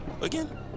Again